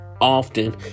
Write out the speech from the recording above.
often